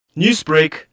Newsbreak